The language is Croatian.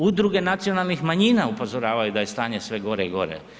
Udruge nacionalnih manjina upozoravaju da je stanje sve gore i gore.